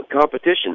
competition